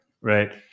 right